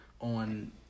on